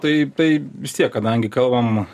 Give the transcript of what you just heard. tai tai vis tiek kadangi kalbam